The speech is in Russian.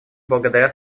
благодаря